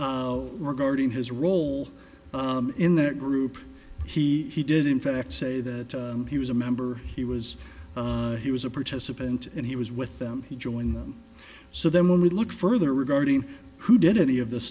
regarding his role in that group he he did in fact say that he was a member he was he was a participant and he was with them he joined them so then when we look further regarding who did any of th